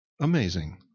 Amazing